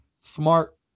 smart